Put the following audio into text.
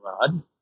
rod